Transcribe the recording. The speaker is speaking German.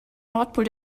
nordpol